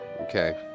okay